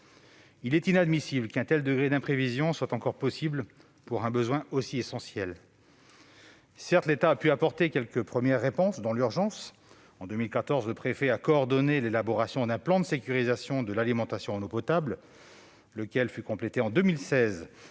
Il est inadmissible qu'un tel degré d'imprévision soit encore possible pour un besoin essentiel. Certes, l'État a pu apporter quelques premières réponses, dans l'urgence. En 2014, le préfet a coordonné l'élaboration d'un plan de sécurisation de l'alimentation en eau potable, lequel fut complété en 2016